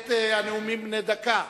את הנאומים בני דקה.